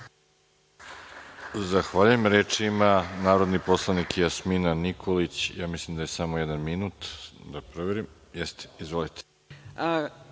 Zahvaljujem. Reč ima narodni poslanik Jasmina Nikolić. Ja mislim da je samo jedan minut. Jeste. Izvolite.